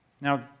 Now